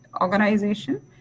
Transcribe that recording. organization